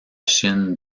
chine